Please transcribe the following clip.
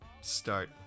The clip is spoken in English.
start